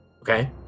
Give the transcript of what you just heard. Okay